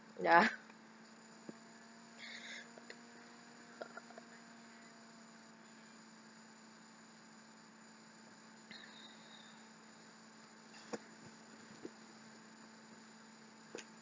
ya